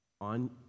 on